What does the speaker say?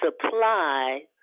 supply